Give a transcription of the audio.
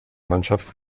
mannschaft